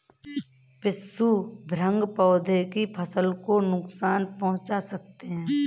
पिस्सू भृंग पौधे की फसल को नुकसान पहुंचा सकते हैं